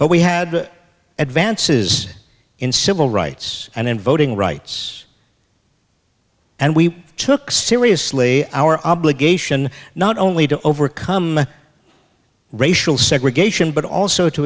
but we had advances in civil rights and voting rights and we took seriously our obligation not only to overcome racial segregation but also to